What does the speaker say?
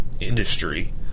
industry